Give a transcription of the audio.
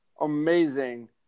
amazing